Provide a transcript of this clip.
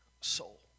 soul